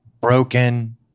broken